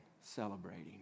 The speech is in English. celebrating